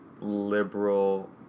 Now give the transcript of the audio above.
liberal